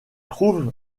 trouve